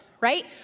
right